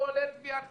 כולל גביית כספים,